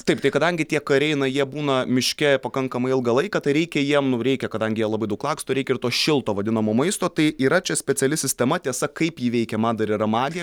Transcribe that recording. taip tai kadangi tie kariai na jie būna miške pakankamai ilgą laiką tai reikia jiem nu reikia kadangi jie labai daug laksto reik ir to šilto vadinamo maisto tai yra čia speciali sistema tiesa kaip ji veikia man dar yra magija